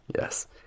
Yes